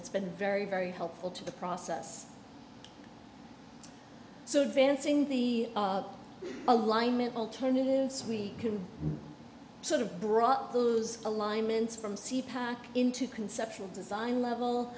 it's been very very helpful to the process so dancing the alignment alternatives we can sort of brought those alignments from c pac into conceptual design level